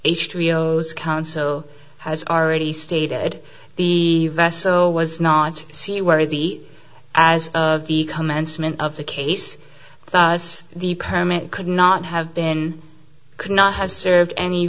trios council has already stated the vessel was not c worthy as of the commencement of the case as the permit could not have been could not have served any